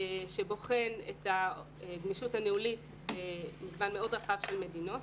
שבוחן את הגמישות הניהולית במגוון מאוד רחב של מדינות,